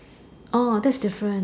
oh that's different